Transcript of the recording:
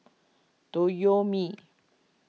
Toyomi